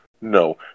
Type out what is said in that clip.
No